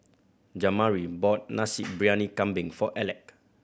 Jamari bought Nasi Briyani Kambing for Aleck